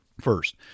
First